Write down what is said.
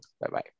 bye-bye